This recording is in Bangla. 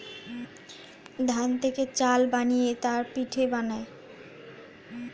ধান থেকে চাল বানিয়ে তার পিঠে বানায়